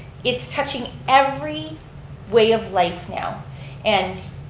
it's touching every way of life now and